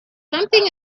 something